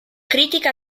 critica